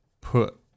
put